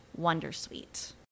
Wondersuite